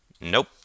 Nope